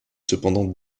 cependant